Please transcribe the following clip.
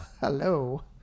Hello